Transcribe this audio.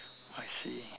I see